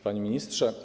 Panie Ministrze!